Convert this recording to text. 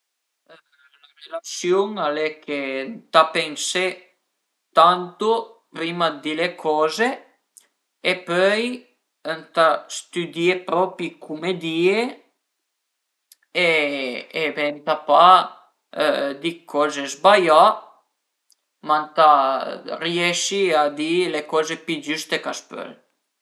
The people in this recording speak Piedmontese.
La relasiun al e che ëntà pensé tantu prima dë di le coze e pöi ëntà stüdié propi cume dìe e ëntà pa di d'coze zbaià, ma ëntà riesi a di le coze pi giüste ch'a s'pöl